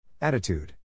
Attitude